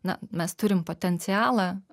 na mes turim potencialą